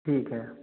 ठीक है